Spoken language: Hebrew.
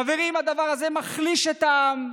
חברים, הדבר הזה מחליש את העם.